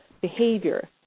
behavior